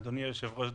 אדוני היושב-ראש,